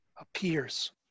appears